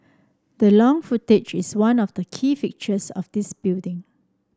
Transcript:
the long frontage is one of the key features of this building